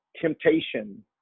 temptation